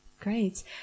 Great